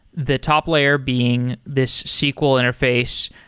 the top layer being this sql interface,